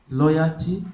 loyalty